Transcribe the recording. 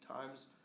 times